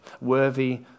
worthy